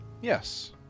Yes